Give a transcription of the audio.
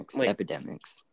epidemics